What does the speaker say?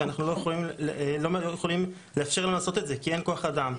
ואנחנו לא יכולים לאפשר להם לעשות את זה כי אין כוח אדם.